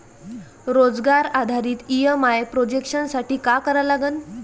रोजगार आधारित EMI projection साठी का करा लागन?